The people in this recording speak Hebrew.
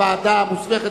הוועדה המוסמכת,